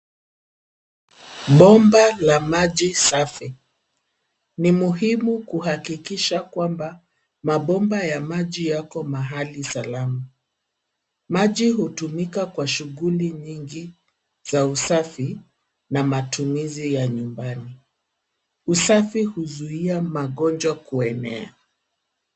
Bomba la maji safi. Ni muhimu kuhakikisha kwamba mabomba ya maji yako mahali salama. Maji hutumika kwa shughuli nyingi za usafi na matumizi ya nyumbani. Usafi huzuia magonjwa kuenea.